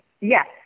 Yes